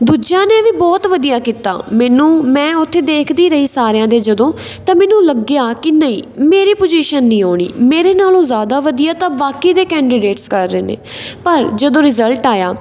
ਦੂਜਿਆਂ ਨੇ ਵੀ ਬਹੁਤ ਵਧੀਆ ਕੀਤਾ ਮੈਨੂੰ ਮੈਂ ਉੱਥੇ ਦੇਖਦੀ ਰਹੀ ਸਾਰਿਆਂ ਦੇ ਜਦੋਂ ਤਾਂ ਮੈਨੂੰ ਲੱਗਿਆ ਕਿ ਨਹੀਂ ਮੇਰੀ ਪੁਜ਼ੀਸ਼ਨ ਨਹੀਂ ਆਉਣੀ ਮੇਰੇ ਨਾਲੋਂ ਜ਼ਿਆਦਾ ਵਧੀਆ ਤਾਂ ਬਾਕੀ ਦੇ ਕੈਂਡੀਡੇਟਸ ਕਰ ਰਹੇ ਨੇ ਪਰ ਜਦੋਂ ਰਿਜ਼ਲਟ ਆਇਆ